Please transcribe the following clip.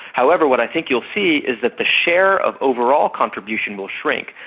however what i think you'll see is that the share of overall contribution will shrink.